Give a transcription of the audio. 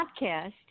podcast